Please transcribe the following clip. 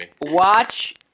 Watch